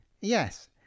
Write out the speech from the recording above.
Yes